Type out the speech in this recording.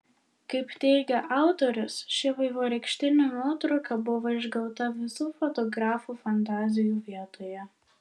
kaip teigia autorius ši vaivorykštinė nuotrauka buvo išgauta visų fotografų fantazijų vietoje